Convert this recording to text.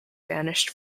banished